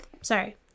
sorry